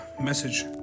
message